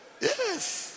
Yes